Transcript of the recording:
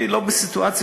אני לא בסיטואציה,